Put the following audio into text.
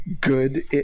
good